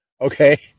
Okay